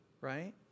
right